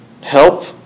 help